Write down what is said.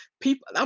people